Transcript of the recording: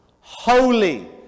holy